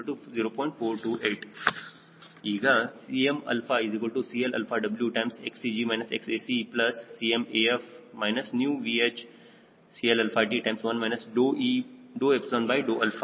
185 metre ಎಂದು ತೆಗೆದುಕೊಂಡಿದ್ದೇವೆ Xac ಮೌಲ್ಯವು 0